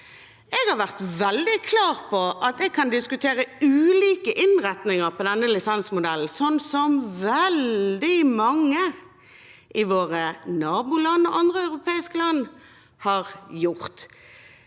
Jeg har vært veldig klar på at jeg kan diskutere ulike innretninger på denne lisensmodellen, sånn som veldig mange i våre naboland og andre europeiske land har gjort.